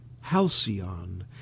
Halcyon